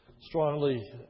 strongly